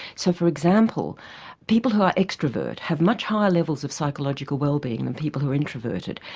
so for example people who are extrovert have much higher levels of psychological wellbeing than people who are introverted.